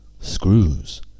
Screws